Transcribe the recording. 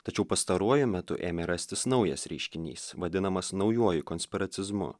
tačiau pastaruoju metu ėmė rastis naujas reiškinys vadinamas naujuoju konspiracizmu